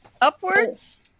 upwards